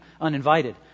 uninvited